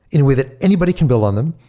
and with it, anybody can build on them.